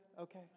Okay